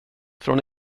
från